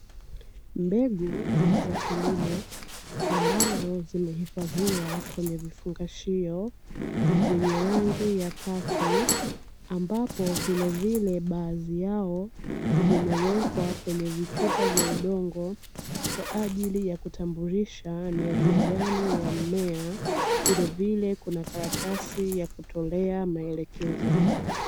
Mbegu za kilimo ambazo zimehifadhiwa kwenye vifungashio vyenye rangi ya kaki, ambapo vilevile baadhi yao vimewekwa kwenye vichupa vya udongo, kwa ajili ya kutambulisha ni aina gani ya mmea, vilevile kuna karatasi ya kutolea maelekezo.